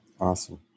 Awesome